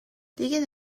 دیگه